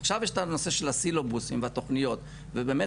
עכשיו יש את הנושא של הסילובוסים והתוכנית ובאמת,